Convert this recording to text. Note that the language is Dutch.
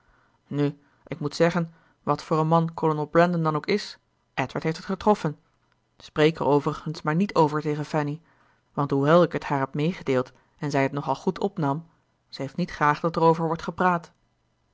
nu ik moet zeggen wat voor een man kolonel brandon dan ook is edward heeft het getroffen spreek er overigens maar niet over tegen fanny want hoewel ik het haar heb meegedeeld en zij het nog al goed opnam ze heeft niet graag dat erover wordt gepraat